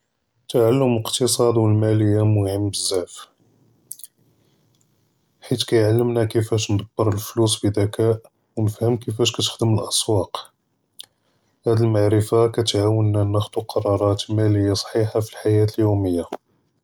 תַעַלֵּם אִקְתִסַאד וּלְמַאלִיָּה מֻהִימּ בְּזַאף, אה חֵית כּיַעְלְּמְנַא כִּיףַאש נְטַר פְּלוּס בִּזְכָּא וּנְפְהַם כִּיףַאש כּתְחַדֶם אֻסְוּק, הַדּ מַעְרִפַּה כּתְעַאוּנַא נָאכְחוּ קְרַרַאת מַאלִיַּה סַחִیحָה פִּלְחַיַאת יְוְמִיָּה.